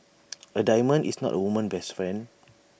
A diamond is not A woman's best friend